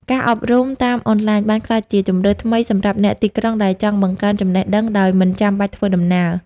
ការអប់រំតាមអនឡាញ បានក្លាយជាជម្រើសថ្មីសម្រាប់អ្នកទីក្រុងដែលចង់បង្កើនចំណេះដឹងដោយមិនចាំបាច់ធ្វើដំណើរ។